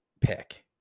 pick